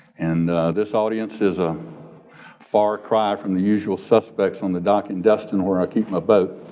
and this audience is a far cry from the usual suspects on the dock in destin where i keep my boat.